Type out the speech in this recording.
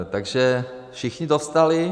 Takže všichni dostali.